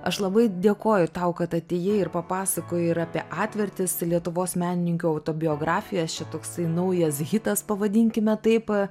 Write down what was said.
aš labai dėkoju tau kad atėjai ir papasakojai ir apie atvertis lietuvos menininkių autobiografijas čia toksai naujas hitas pavadinkime taip